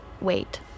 wait